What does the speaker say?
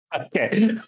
okay